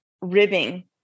ribbing